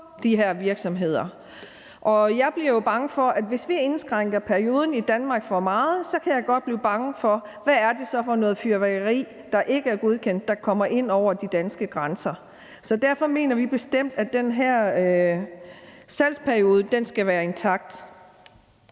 de her virksomheder, og jeg kan, hvis vi indskrænker perioden i Danmark for meget, godt blive bange for, hvad det så er for noget fyrværkeri, der ikke er godkendt, som kommer ind over de danske grænser. Så derfor mener vi bestemt, at den her salgsperiode skal være intakt.